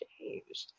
changed